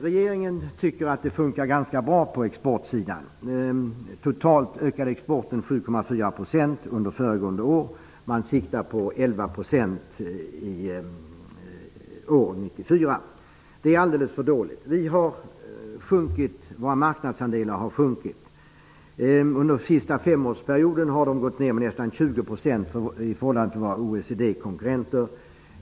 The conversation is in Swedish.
Regeringen tycker att det fungerar ganska bra på exportsidan. Totalt ökade exporten med 7,4 % under föregående år. Man siktar på 11 % 1994. Det är alldeles för dåligt. Våra marknadsandelar har sjunkit. Under den senaste femårsperioden har de gått ned med nästan 20 % i förhållande till OECD konkurrenterna.